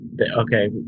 Okay